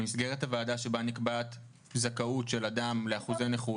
במסגרת הוועדה שבה נקבעת זכאות של אדם לאחוזי נכות,